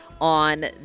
on